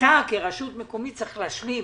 אתה כרשות מקומית צריך להשלים.